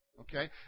Okay